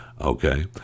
Okay